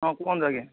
ହଁ କୁହନ୍ତୁ ଆଜ୍ଞା